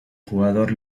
jugador